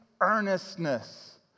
earnestness